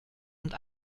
und